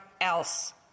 else